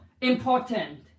important